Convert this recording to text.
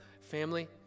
Family